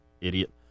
Idiot